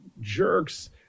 jerks